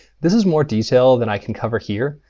this is more detail than i can cover here.